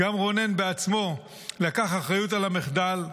גם רונן בעצמו לקח אחריות על המחדל,